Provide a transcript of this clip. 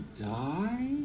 die